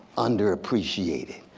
underappreciated,